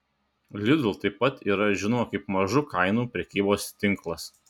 lidl taip pat yra žinoma kaip mažų kainų prekybos tinklas